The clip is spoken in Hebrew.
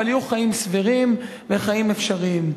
אבל יהיו חיים סבירים וחיים אפשריים.